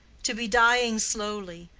to be dying slowly.